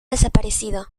desaparecido